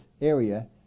area